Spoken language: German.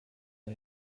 der